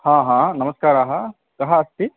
हा हा नमस्कारः कः अस्ति